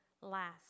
last